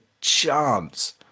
chance